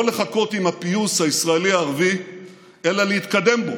לא לחכות עם הפיוס הישראלי ערבי אלא להתקדם בו,